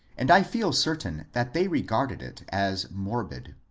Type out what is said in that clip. and i feel certain that they regarded it as morbid.